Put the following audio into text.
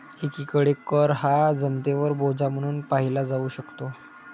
एकीकडे कर हा जनतेवर बोजा म्हणून पाहिला जाऊ शकतो